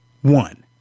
one